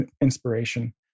inspiration